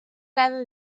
cada